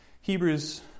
Hebrews